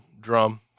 drum